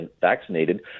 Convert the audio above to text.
vaccinated